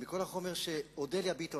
אודליה ביטון,